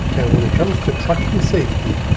and when it comes to trucking safety,